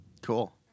Cool